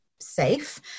safe